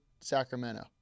Sacramento